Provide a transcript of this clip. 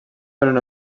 foren